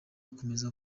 akomeza